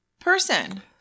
person